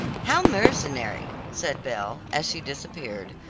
how mercenary! said belle as she disappeared,